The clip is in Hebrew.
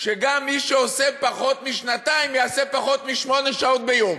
שגם מי שעושה פחות משנתיים יעשה פחות משמונה שעות ביום.